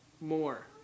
more